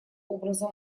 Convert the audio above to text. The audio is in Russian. образом